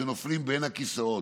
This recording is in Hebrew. שנופלים בין הכיסאות,